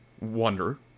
wonder